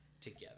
together